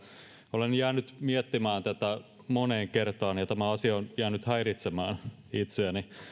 olen jäänyt miettimään tätä moneen kertaan ja tämä asia on jäänyt häiritsemään itseäni